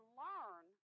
learn